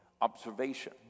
observation